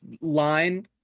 line